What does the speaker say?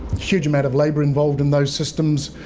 huge amount of labour involved in those systems,